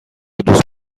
دوست